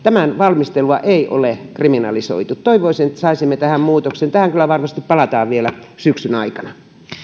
eli valmistelua ei ole kriminalisoitu toivoisin että saisimme tähän muutoksen tähän kyllä varmasti palataan vielä syksyn aikana